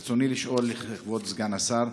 ברצוני לשאול, כבוד סגן השר: